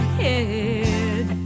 head